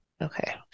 okay